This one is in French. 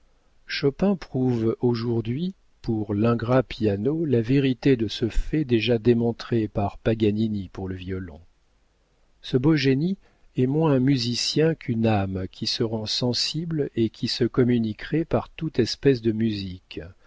chopin prouve aujourd'hui pour l'ingrat piano la vérité de ce fait déjà démontré par paganini pour le violon ce beau génie est moins un musicien qu'une âme qui se rend sensible et qui se communiquerait par toute espèce de musique